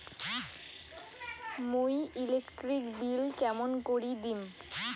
মুই electric bill কেমন করি দিম?